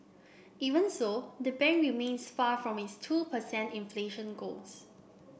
even so the bank remains far from its two per cent inflation goals